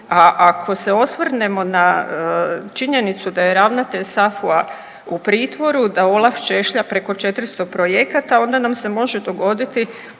ako se osvrnemo na činjenicu da je ravnatelj SAFU-a u pritvoru, da OLAF češlja preko 400 projekata onda nam se može dogoditi